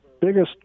biggest